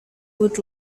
would